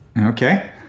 okay